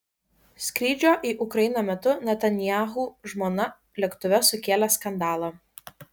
skrydžio į ukrainą metu netanyahu žmona lėktuve sukėlė skandalą